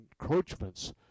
encroachments